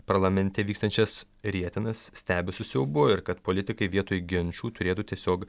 parlamente vykstančias rietenas stebi su siaubu ir kad politikai vietoj ginčų turėtų tiesiog